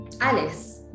Alice